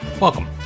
Welcome